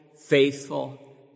faithful